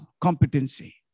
competency